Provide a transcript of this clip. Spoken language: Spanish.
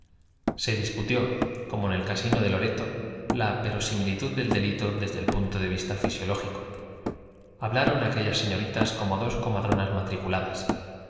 se discutió como en el casino de loreto la verosimilitud del delito desde el punto de vista fisiológico hablaron aquellas señoritas como dos comadronas matriculadas